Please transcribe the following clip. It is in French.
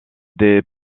des